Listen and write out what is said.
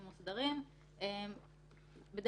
הם עושים את השירות כדי להקל על הגופים כדי שלא